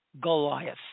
Goliath